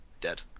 dead